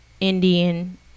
Indian